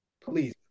Please